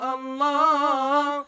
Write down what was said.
Allah